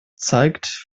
zeigt